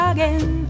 Again